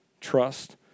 trust